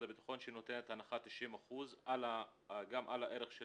הביטחון שנותנת הנחה 90% גם על הערך של